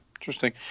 interesting